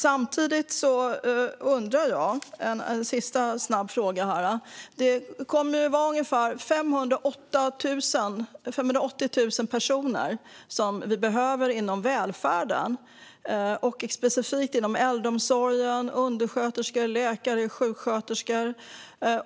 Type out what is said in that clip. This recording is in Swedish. Jag har en sista, snabb fråga. Vi kommer att behöva ungefär 580 000 personer som arbetar inom välfärden, specifikt inom äldreomsorgen. Det handlar om undersköterskor, läkare och sjuksköterskor.